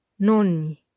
Nonni